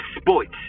sports